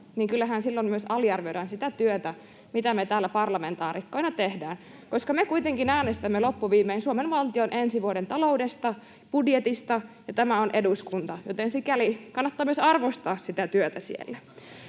niin kyllähän silloin myös aliarvioidaan sitä työtä, mitä me täällä parlamentaarikkoina tehdään, koska me kuitenkin äänestämme loppuviimein Suomen valtion ensi vuoden taloudesta, budjetista, ja tämä on eduskunta, joten sikäli kannattaa myös arvostaa sitä työtä siellä.